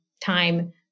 time